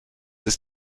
ist